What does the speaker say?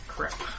Crap